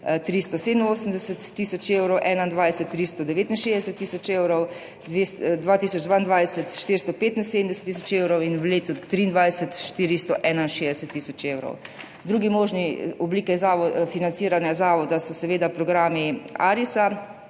387 tisoč evrov, 2021 369 tisoč evrov, 2022 475 tisoč evrov in v letu 2023 461 tisoč evrov. Druge možne oblike financiranja zavoda so seveda programi Arisa,